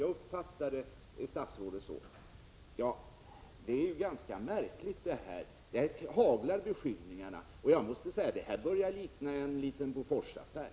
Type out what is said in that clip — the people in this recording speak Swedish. Jag uppfattade statsrådet så. Detta är ganska märkligt. Här haglar beskyll 103 ningarna. Jag måste säga att detta börjar likna en liten Boforsaffär.